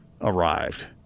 arrived